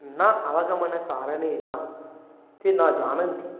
न अवगमन कारणेन ते न जानन्ति